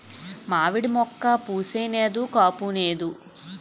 మావిడి మోక్క పుయ్ నేదు కాపూనేదు